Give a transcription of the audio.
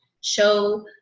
show